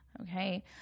Okay